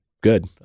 good